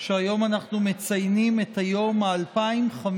שהיום אנחנו מציינים את היום ה-2,500